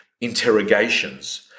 interrogations